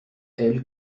elle